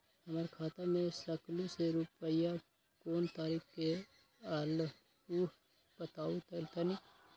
हमर खाता में सकलू से रूपया कोन तारीक के अलऊह बताहु त तनिक?